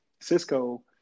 Cisco